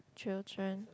children